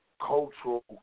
cultural